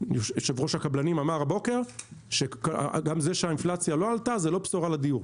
יו"ר הקבלנים אמר הבוקר שגם זה שהאינפלציה לא עלתה זו לא בשורה לדיור.